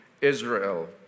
Israel